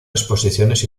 exposiciones